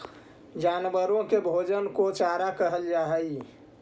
जानवरों के भोजन को चारा कहल जा हई